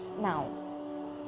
now